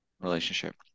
relationship